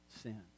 sin